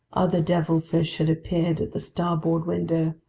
other devilfish had appeared at the starboard window.